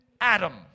Adam